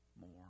more